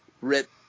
rip